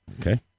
okay